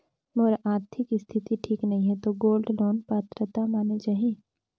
मोर आरथिक स्थिति ठीक नहीं है तो गोल्ड लोन पात्रता माने जाहि?